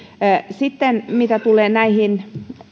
mitä tulee näihin